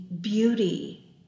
beauty